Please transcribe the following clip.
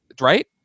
Right